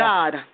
God